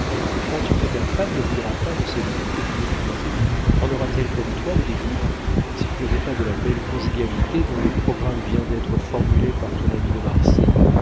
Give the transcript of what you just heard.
crois-tu que ta femme ne voudra pas de cette vie que tu méprises en aura-t-elle comme toi le dégoût si tu ne veux pas de la belle conjugalité dont le programme vient d'être formulé par ton ami de marsay